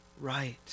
right